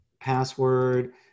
password